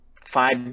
five